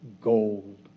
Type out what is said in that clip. gold